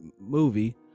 movie